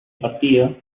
partido